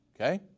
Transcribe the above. Okay